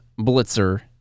Blitzer